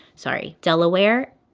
sorry. delaware,